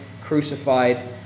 crucified